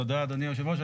תודה אדוני היושב-ראש.